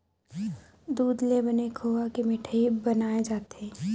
दूद ले बने खोवा के मिठई बनाए जाथे